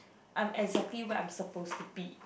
I'm exactly where am I supposed to be